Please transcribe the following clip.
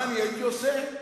מה הייתי עושה?